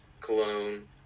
Cologne